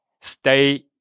Stay